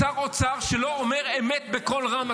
שר אוצר שלא אומר אמת בקול רם.